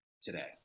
today